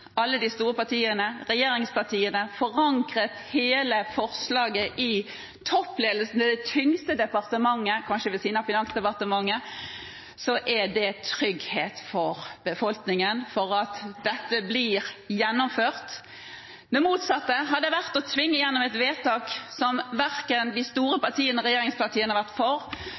alle de store partiene og regjeringspartiene og forankret hele forslaget i toppledelsen i det tyngste departementet, kanskje ved siden av Finansdepartementet, er det trygghet for befolkningen for at dette blir gjennomført. Det motsatte hadde vært å tvinge gjennom et vedtak som verken de store partiene eller regjeringspartiene hadde vært for,